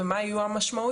ומה יהיו המשמעויות,